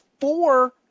four